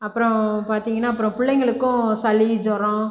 அப்புறோம் பார்த்தீங்ன்னா அப்புறோம் பிள்ளைங்களுக்கு சளி ஜொரோம்